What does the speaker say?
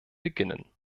beginnen